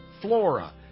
Flora